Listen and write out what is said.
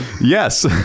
Yes